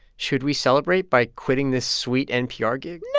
should we celebrate by quitting this sweet npr gig?